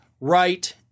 right